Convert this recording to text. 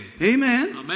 Amen